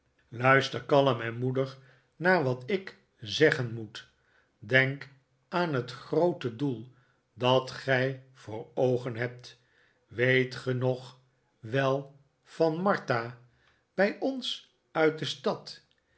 luister kalm en moedig naar wat ik zeggen moet denk aan het groote doel dat gij voor oogen hebt weet ge nog wel van martha bij ons uit de stad